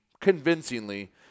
convincingly